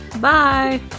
Bye